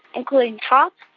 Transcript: including top,